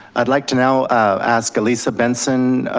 i'd like to now ask elisa benson,